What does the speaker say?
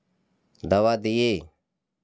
दवा दिए